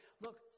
look